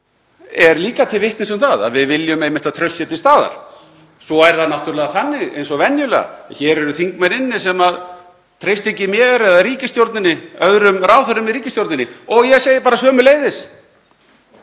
er líka til vitnis um að við viljum að traust sé til staðar. Svo er það náttúrlega þannig eins og venjulega að hér eru þingmenn inni sem treysta ekki mér eða ríkisstjórninni eða öðrum ráðherrum í ríkisstjórninni og ég segi bara: Sömuleiðis,